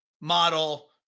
model